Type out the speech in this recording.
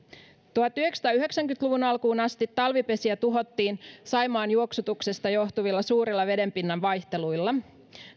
tuhatyhdeksänsataayhdeksänkymmentä luvun alkuun asti talvipesiä tuhottiin saimaan juoksutuksesta johtuvilla suurilla vedenpinnan vaihteluilla